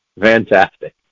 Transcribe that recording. Fantastic